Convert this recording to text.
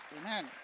amen